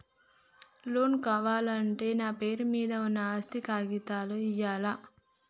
Loan కావాలంటే నా పేరు మీద ఉన్న ఆస్తి కాగితాలు ఇయ్యాలా?